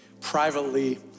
privately